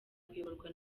kuyoborwa